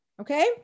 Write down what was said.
Okay